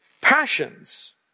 passions